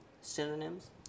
synonyms